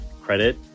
credit